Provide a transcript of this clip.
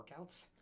workouts